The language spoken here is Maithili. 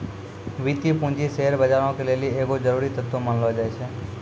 वित्तीय पूंजी शेयर बजारो के लेली एगो जरुरी तत्व मानलो जाय छै